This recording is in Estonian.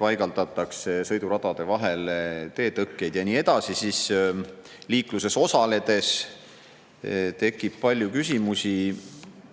paigaldatakse sõiduradade vahele teetõkkeid ja nii edasi, siis liikluses osaledes tekib palju küsimusi,